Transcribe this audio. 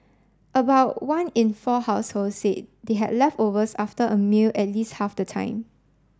about one in four households said they had leftovers after a meal at least half the time